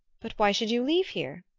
but why should you leave here?